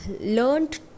learned